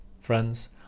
Friends